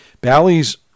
bally's